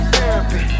Therapy